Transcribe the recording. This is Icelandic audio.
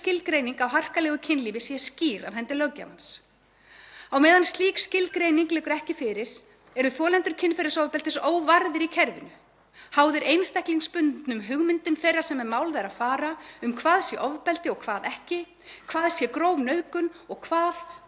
skilgreining á harkalegu kynlífi sé skýr af hendi löggjafans. Á meðan slík skilgreining liggur ekki fyrir eru þolendur kynferðisofbeldis óvarðir í kerfinu, háðir einstaklingsbundnum hugmyndum þeirra sem með mál þeirra fara um hvað sé ofbeldi og hvað ekki, hvað sé gróf nauðgun og hvað